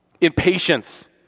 Impatience